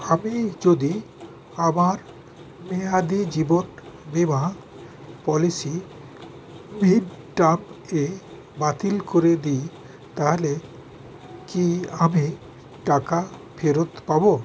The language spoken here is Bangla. আমি যদি আমার মেয়াদি জীবন বীমা পলিসি মিড টার্ম এ বাতিল করে দিই তাহালে কি আমি টাকা ফেরত পাব